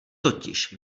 totiž